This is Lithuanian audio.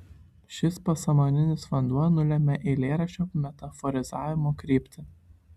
šis pasąmoninis vanduo nulemia eilėraščio metaforizavimo kryptį